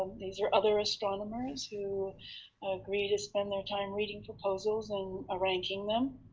these are other astronomers who agree to spend their time reading proposals and ah ranking them.